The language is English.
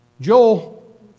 Joel